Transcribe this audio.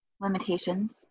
limitations